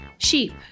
Sheep